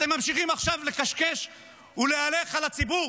אתם ממשיכים עכשיו לקשקש ולהלך על הציבור